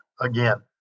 again